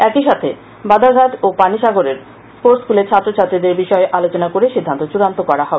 একই সাথে বাজারঘাটের এবং পানিসাগরের স্পোর্টস স্কুলের ছাত্র ছাত্রীদের বিষয়ে আলোচনা করে সিদ্ধান্ত চূড়ান্ত করা হবে